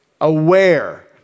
aware